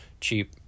cheap